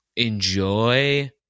Enjoy